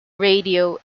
radio